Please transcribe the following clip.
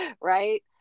right